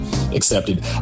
accepted